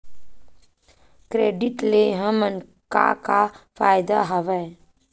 Credit ले हमन का का फ़ायदा हवय?